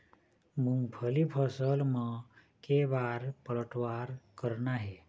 मूंगफली फसल म के बार पलटवार करना हे?